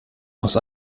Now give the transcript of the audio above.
aus